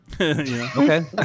Okay